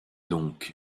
donc